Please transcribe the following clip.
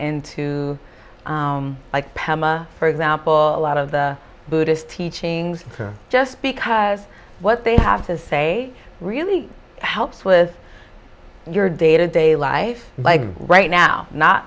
into like pema for example a lot of the buddhist teachings just because what they have to say really helps with your day to day life like right now not